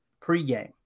pregame